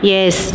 Yes